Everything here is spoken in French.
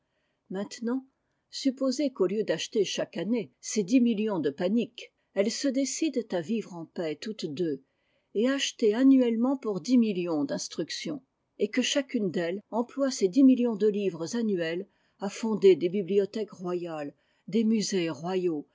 maintenant supposez qu'au lieu d'acheter chaque année ces dix millions de panique elles se décident à vivre en paix toutes deux et à acheter annuellement pour dix millions d'instruction et que chacune d'elles emploie ces dix millions de livres annuels à fonder des bibliothèques royales des musées royaux